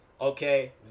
okay